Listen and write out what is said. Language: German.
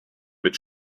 mit